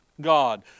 God